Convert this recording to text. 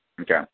Okay